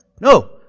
No